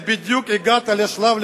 בדיוק הגעת לשלב,